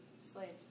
Slaves